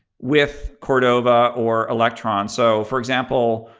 with cordova or electron so for example,